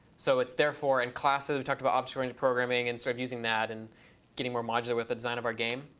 so it's therefore in and classes i've talked about object oriented programming and sort of using that and getting more modular with the design of our game.